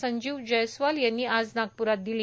संजीव जयस्वाल यांनी आज नागप्रात दिली